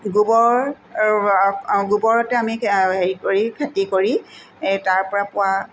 গোবৰ গোবৰতে আমি হেৰি কৰি খেতি কৰি এই তাৰপৰা পোৱা